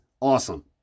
awesome